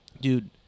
Dude